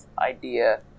idea